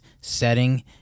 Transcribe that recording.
setting